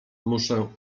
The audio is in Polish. muszę